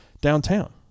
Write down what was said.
downtown